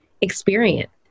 experience